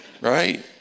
Right